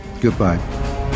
goodbye